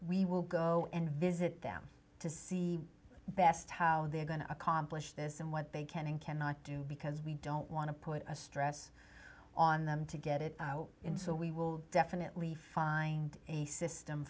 we will go and visit them to see best how they're going to accomplish this and what they can and cannot do because we don't want to put a stress on them to get it in so we will definitely find a system